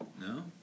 No